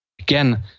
Again